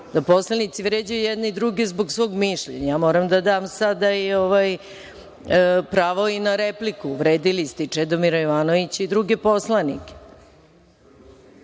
da poslanici vređaju jedni druge zbog svog mišljenja. Moram sada da dam i pravo na repliku. Uvredili ste i Čedomira Jovanovića i druge poslanike,